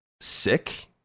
sick